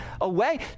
away